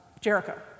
Jericho